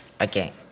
Okay